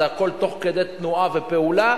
זה הכול תוך כדי תנועה ופעולה,